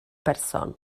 person